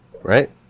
Right